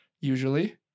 usually